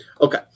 Okay